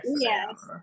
Yes